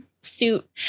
suit